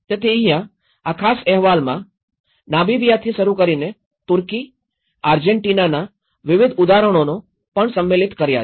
તેથી અહીંયા આ ખાસ અહેવાલમાં નમિબીઆથી શરૂ કરીને તુર્કી આર્જેન્ટિનાના વિવિધ ઉદાહરણોનો પણ સંમેલિત કર્યા છે